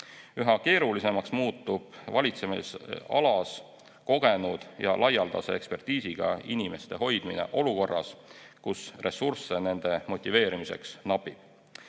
Üha keerulisemaks muutub kogenud ja laialdase ekspertiisiga inimeste hoidmine, kui ressursse nende motiveerimiseks napib.